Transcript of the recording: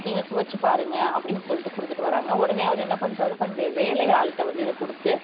நீங்கள் சுவைச்சி பாருங்கள் அப்படின் சொல்லிட்டு கொடுத்துட்டு வராங்க உடனே அவர் என்ன பண்ணுறாரு தன்னுடைய வேலை ஆள்கிட்ட வந்து இதை கொடுத்து